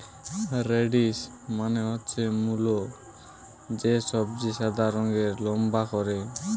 radish মানে হচ্ছে মুলো, যে সবজি সাদা রঙের লম্বা করে